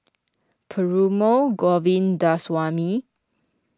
Perumal Govindaswamy